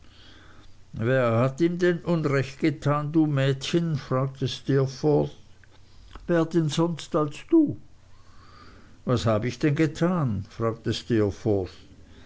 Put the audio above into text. wer hat ihm unrecht getan du mädchen fragte steerforth wer denn sonst als du was hab ich denn getan fragte